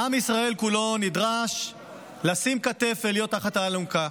עם ישראל כולו נדרש לתת כתף ולהיות תחת האלונקה,